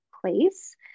place